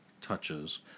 touches